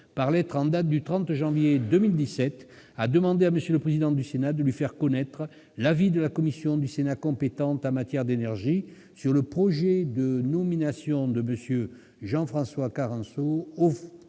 par lettre en date du 30 janvier 2017, a demandé à M. le président du Sénat de lui faire connaître l'avis de la commission du Sénat compétente en matière d'énergie sur le projet de nomination de M. Jean-François Carenco aux fonctions